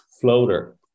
Floater